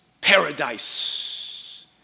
Paradise